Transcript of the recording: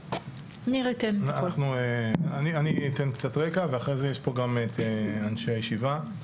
אני אתן קצת רקע ואחרי זה יש פה גם את אנשי הישיבה.